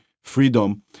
freedom